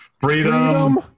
freedom